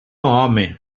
home